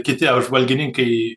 kiti apžvalgininkai